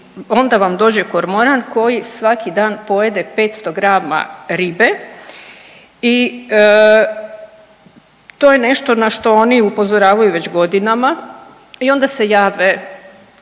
onda vam dođe kormoran koji svaki dan pojede 500 grama ribe i to je nešto na što oni upozoravaju već godinama i onda se jave,